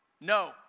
no